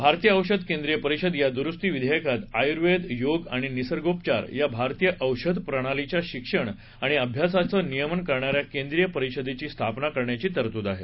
भारतीय औषध केंद्रीय परिषद या दुरुस्ती विधेयकात आयुर्वेद योग आणि निसर्गोपचार या भारतीय औषध प्रणालीच्या शिक्षण आणि अभ्यासाचे नियमन करणार्या केंद्रीय परिषदेची स्थापना करण्याची तरतूद आहे